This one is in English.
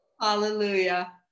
Hallelujah